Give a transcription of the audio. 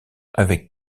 avec